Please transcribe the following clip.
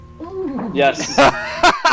Yes